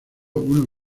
unos